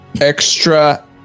Extra